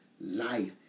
life